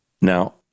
Now